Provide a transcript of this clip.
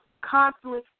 constantly